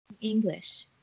English